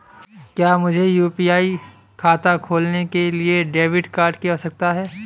क्या मुझे यू.पी.आई खाता खोलने के लिए डेबिट कार्ड की आवश्यकता है?